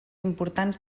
importants